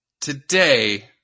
Today